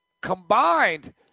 Combined